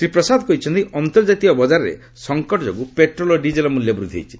ଶ୍ରୀ ପ୍ରସାଦ କହିଛନ୍ତି ଅନ୍ତର୍ଜତୀୟ ବଜାରରେ ସଙ୍କଟ ଯୋଗୁଁ ପେଟ୍ରୋଲ ଓ ଡିଜେଲର ମୂଲ୍ୟ ବୃଦ୍ଧି ହୋଇଛି